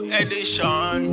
edition